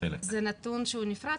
זה נתון שהוא נפרד.